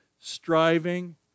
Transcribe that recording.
striving